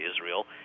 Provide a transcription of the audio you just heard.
Israel